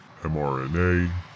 mRNA